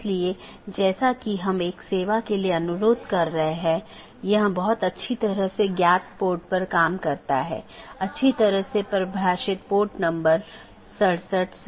इसलिए इसमें केवल स्थानीय ट्रैफ़िक होता है कोई ट्रांज़िट ट्रैफ़िक नहीं है